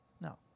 No